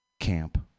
Camp